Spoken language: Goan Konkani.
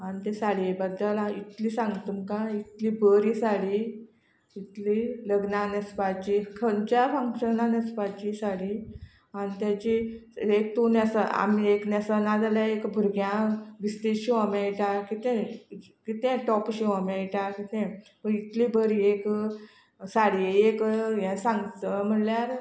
आनी ते साडये बद्दल हांव इतली सांगूं तुमकां इतली बरी साडी इतली लग्नाक न्हेसपाची खंयच्या फंक्शनाक न्हेसपाची साडी आनी ताची एक तूं न्हेस आमी एक न्हेस ना जाल्यार एक भुरग्यांक विस्तीद शिवूंक मेळटा कितेंय कितेंय टॉप शिवूंक मेळटा कितेंय पूण इतली बरी एक साडये एक हें सांगत म्हणल्यार